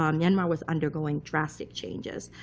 um myanmar was undergoing drastic changes.